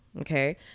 okay